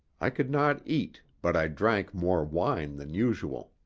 i could not eat, but i drank more wine than usual.